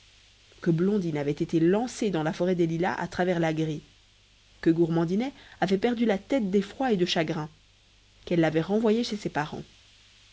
que blondine avait été lancée dans la forêt des lilas à travers la grille que gourmandinet avait perdu la tête d'effroi et de chagrin qu'elle l'avait renvoyé chez ses parents